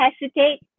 hesitate